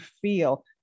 feel